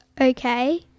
Okay